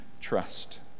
trust